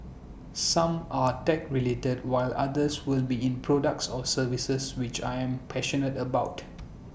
some are tech related while others will be in products or services which I'm passionate about